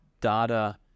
data